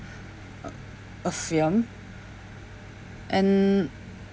a a film and